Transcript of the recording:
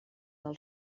del